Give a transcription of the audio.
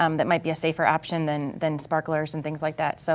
um that might be a safer option than than sparklers and things like that. so